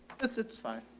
that's it's fine.